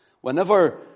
Whenever